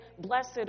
Blessed